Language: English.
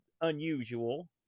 unusual